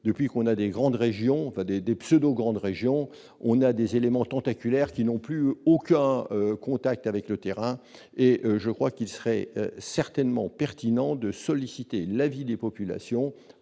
depuis qu'on a des grandes régions, pas des des pseudo grande région on a des éléments tentaculaire qui n'ont plus aucun contact avec le terrain et je crois qu'il serait certainement pertinent de solliciter l'avis des populations